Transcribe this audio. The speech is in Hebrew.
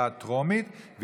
התשע"ט 2019,